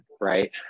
right